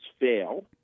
fail